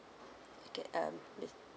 okay uh